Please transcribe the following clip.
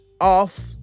off